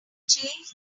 change